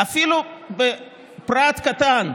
אפילו פרט קטן.